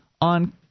on